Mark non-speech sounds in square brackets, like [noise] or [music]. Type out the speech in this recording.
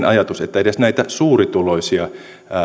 [unintelligible] ajatus että edes näitä suurituloisia